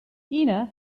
ine